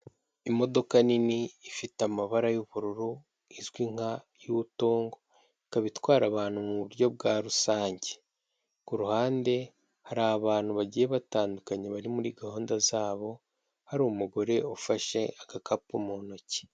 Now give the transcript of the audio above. Imodoka nini ifite amabara y'ubururu izwi nka yotongo, ikaba itwara abantu mu buryo bwa rusange ku ruhande hari abantu bagiye batandukanye bari muri gahunda zabo hari umugore ufashe agakapu mu ntoki.